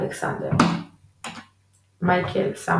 אלכסנדר מייקל ס.